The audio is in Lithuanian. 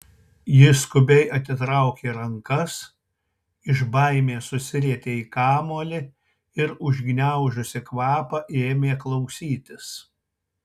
ji skubiai atitraukė rankas iš baimės susirietė į kamuolį ir užgniaužusi kvapą ėmė klausytis